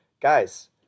guys